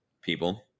People